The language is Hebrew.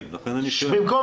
במקום